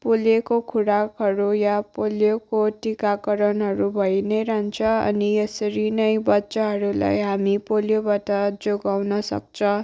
polio खुराकहरू या पोलियोको टिकाकरणहरू भइ नै रहन्छ अनि यसरी नै बच्चाहरूलाई हामी पोलियोबाट जोगाउन सक्छ